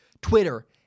Twitter